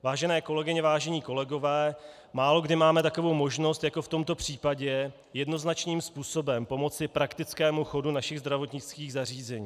Vážené kolegyně, vážení kolegové, málokdy máme takovou možnost jako v tomto případě jednoznačným způsobem pomoci praktickému chodu našich zdravotnických zařízení.